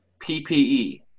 PPE